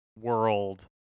world